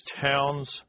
towns